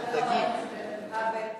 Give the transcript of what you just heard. אני קובעת